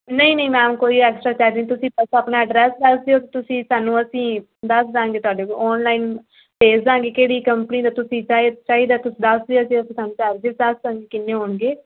ਨਹੀਂ ਨਹੀਂ ਮੈਮ ਕੋਈ ਐਕਸਟਰਾ ਚਾਰਜਸ ਨਹੀਂ ਤੁਸੀਂ ਬਸ ਆਪਣਾ ਅਡਰੈਸ ਦੱਸ ਦਿਓ ਤੁਸੀਂ ਸਾਨੂੰ ਅਸੀਂ ਦੱਸ ਦਾਂਗੇ ਤੁਹਾਡੇ ਕੋਲ ਔਨਲਾਈਨ ਭੇਜ ਦਾਂਗੇ ਕਿਹੜੀ ਕੰਪਨੀ ਦਾ ਤੁਸੀਂ ਚਾਏ ਚਾਹੀਦਾ ਤੁਸੀਂ ਦੱਸ ਦਿਓ ਅਸੀਂ ਤੁਹਾਨੂੰ ਚਾਰਜਸ ਦੱਸ ਦਾਂਗੇ ਕਿੰਨੇ ਹੋਣਗੇ